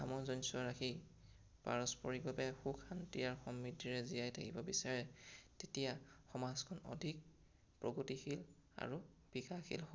সামঞ্জস্য ৰাখি পাৰস্পৰিকভাৱে সুখ শান্তি আৰু সমৃদ্ধিৰে জীয়াই থাকিব বিচাৰে তেতিয়া সমাজখন অধিক প্ৰগতিশীল আৰু বিকাশশীল হ'ব